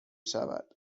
شود